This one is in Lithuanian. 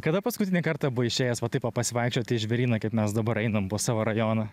kada paskutinį kartą buvai išėjęs va taip va pasivaikščioti į žvėryną kaip mes dabar einam po savo rajoną